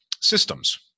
systems